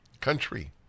country